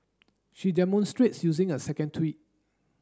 she demonstrates using a second tweet